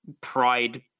pride